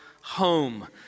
home